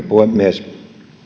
puhemies